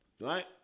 Right